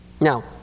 Now